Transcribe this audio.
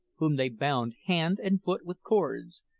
whom they bound hand and foot with cords,